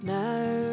now